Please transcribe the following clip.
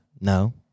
No